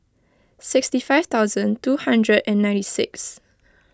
sixty five thousand two hundred and ninety six